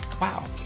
Wow